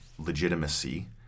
legitimacy